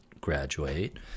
graduate